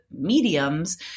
mediums